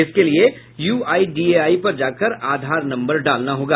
इसके लिये यूआईडीएआई पर जाकर आधार नम्बर डालना होगा